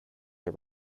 are